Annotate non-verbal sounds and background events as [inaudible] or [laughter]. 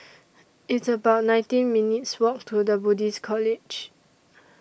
[noise] It's about nineteen minutes' Walk to The Buddhist College